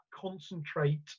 concentrate